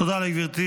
תודה לגברתי.